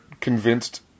convinced